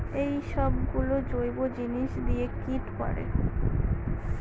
এইসব গুলো জৈব জিনিস দিয়ে কীট মারে